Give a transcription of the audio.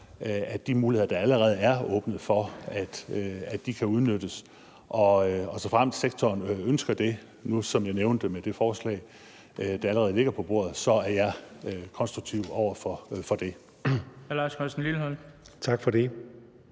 at de muligheder, der allerede er åbnet for, kan udnyttes. Såfremt sektoren ønsker det, som jeg nævnte med det forslag, der allerede ligger på bordet, så er jeg konstruktiv over for det. Kl.